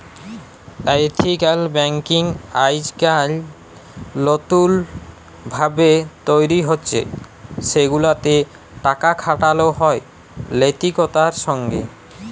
ethical banking আইজকাইল লতুল ভাবে তৈরি হছে সেগুলাতে টাকা খাটালো হয় লৈতিকতার সঙ্গে